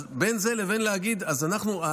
אז בין זה לבין להגיד: אז אנחנו,